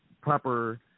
proper